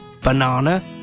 banana